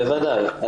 בוודאי.